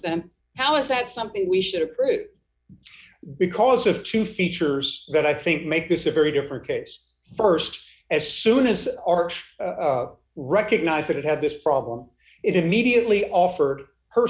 them how is that something we should have because of two features that i think make this a very different case st as soon as art recognize that it had this problem it immediately offered her